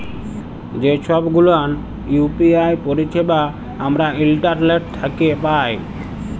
যে ছব গুলান ইউ.পি.আই পারিছেবা আমরা ইন্টারলেট থ্যাকে পায়